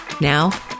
Now